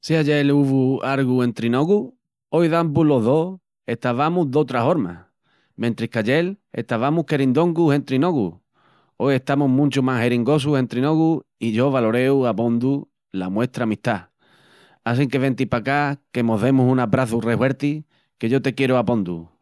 si ayel uvu argu entri nogu? Oi dambus los dos estavamus d'otra horma, mentris qu'ayel estavamus querindongus entri nogu, oi estamus munchu más xeringosus entri nogu i yo valoreu abondu la muestra amistá, assinque venti pacá que mos demus un abraxu rehuerti que yo te quieru abondu.